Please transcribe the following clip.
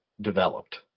developed